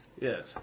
Yes